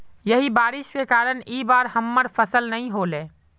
यही बारिश के कारण इ बार हमर फसल नय होले?